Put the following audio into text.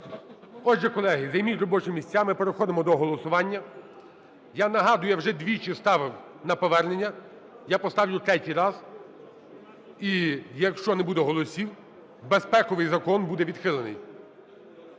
Отже, колеги, займіть робочі місця, ми переходимо до голосування. Я нагадую, я вже двічі ставив на повернення, я поставлю третій раз, і якщо не буде голосів, безпековий закон буде відхилений.